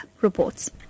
reports